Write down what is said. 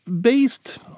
based